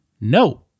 no